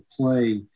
play